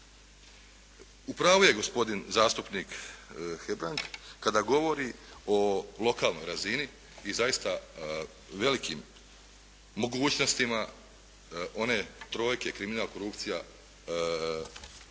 U pravu je gospodin zastupnik Hebrang kada govori o lokalnoj razini i zaista, velikim mogućnostima one trojke kriminal, korupcija,